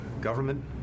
government